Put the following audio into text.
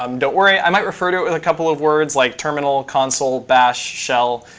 um don't worry. i might refer to with a couple of words like terminal, console, bash, shell.